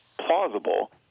plausible